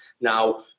Now